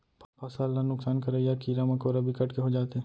फसल ल नुकसान करइया कीरा मकोरा बिकट के हो जाथे